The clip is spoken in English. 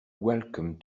welcome